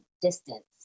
distance